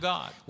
God